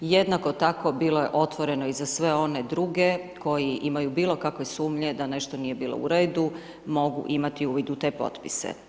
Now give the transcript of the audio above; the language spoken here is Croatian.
Jednako tako bilo je otvoreno i za sve one druge koji imaju bilokakve sumnje da nešto nije bilo u redu, mogu imati uvid u te potpise.